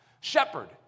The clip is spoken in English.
shepherd